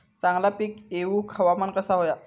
चांगला पीक येऊक हवामान कसा होया?